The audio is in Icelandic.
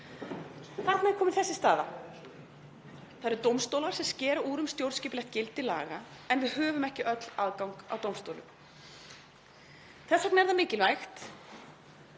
Þarna er komin þessi staða: Það eru dómstólar sem skera úr um stjórnskipulegt gildi laga en við höfum ekki öll aðgang að dómstólum. Þess vegna er það mikilvægt,